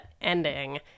ending